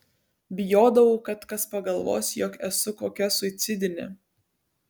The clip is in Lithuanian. bijodavau kad kas pagalvos jog esu kokia suicidinė